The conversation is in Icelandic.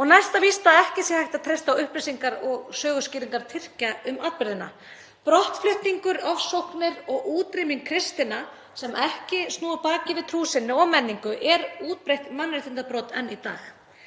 og næsta víst að ekki er hægt að treysta á upplýsingar og söguskýringar Tyrkja um atburðina. Brottflutningur, ofsóknir og útrýming kristinna sem ekki snúa baki við trú sinni og menningu er útbreitt mannréttindabrot enn í dag.